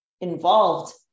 involved